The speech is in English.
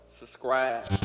subscribe